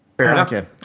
Okay